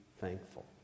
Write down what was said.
thankful